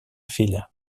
filla